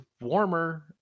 warmer